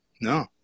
No